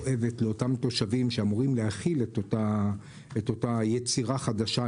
אוהבת לאותם תושבים שאמורים להכיל את אותה יצירה חדשה,